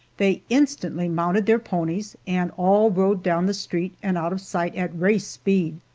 they instantly mounted their ponies, and all rode down the street and out of sight at race speed,